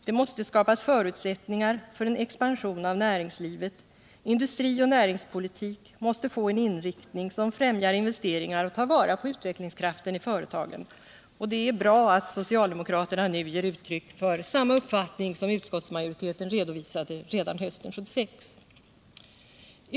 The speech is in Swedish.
Det måste skapas förutsättningar för en expansion av näringslivet. Industrioch näringspolitik måste få en inriktning som främjar investeringar och tar vara på utvecklingskraften i företagen. Det är bra att socialdemokraterna nu ger uttryck för samma uppfattning som utskottsmajoriteten redovisade redan hösten 1976.